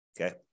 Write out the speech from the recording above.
okay